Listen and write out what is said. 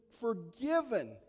forgiven